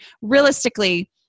realistically